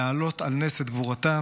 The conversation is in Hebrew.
להעלות על נס את גבורתם,